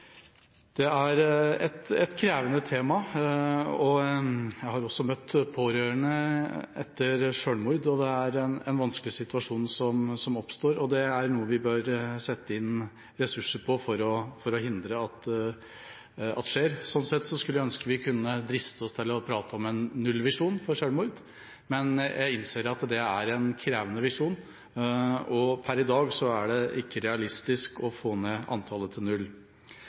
Det er et krevende tema. Jeg har også møtt pårørende etter selvmord. Det er en vanskelig situasjon som oppstår, og det er noe vi bør sette ressurser inn på for å hindre at skjer. Sånn sett skulle jeg ønske vi kunne driste oss til å prate om en nullvisjon for selvmord, men jeg innser at det er en krevende visjon, og per i dag er det ikke realistisk å få ned antallet til null.